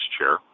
Chair